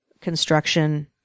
construction